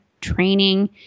training